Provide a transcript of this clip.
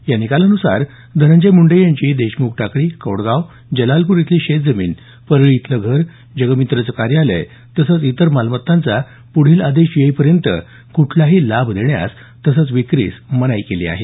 या निकालानुसार धनंजय मुंडे यांची देशमुख टाकळी कौडगाव जलालपूर इथली शेतजमीन परळी इथलं घर जगमित्रचं कार्यालय तसंच इतर मालमत्तांचा पुढील आदेश येईपर्यंत कुठलाही लाभ देण्यास तसंच विक्रीस मनाई करण्यात आली आहे